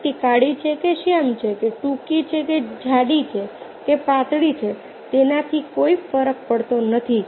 વ્યક્તિ કાળી છે કે શ્યામ છે કે ટૂંકી છે કે જાડી છે કે પાતળી છે તેનાથી કોઈ ફરક પડતો નથી